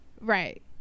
right